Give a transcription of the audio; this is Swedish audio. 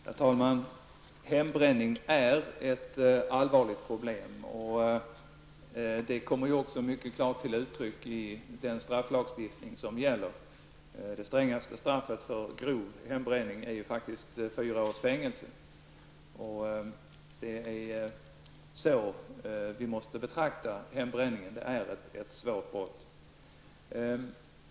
Herr talman! Hembränning är ett allvarligt problem. Detta kommer också mycket klart till uttryck i den strafflagstiftning som gäller. Det strängaste straffet för grov hembränning är faktiskt fyra års fängelse. Det är så vi måste betrakta hembränningen. Det är ett svårt brott.